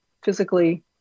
physically